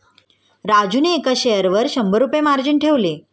राजूने एका शेअरवर शंभर रुपये मार्जिन ठेवले